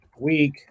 week